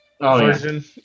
version